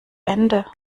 ende